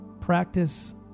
Practice